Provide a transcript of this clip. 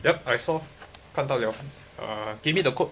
yup I saw 看到 liao give me the code